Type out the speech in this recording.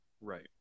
right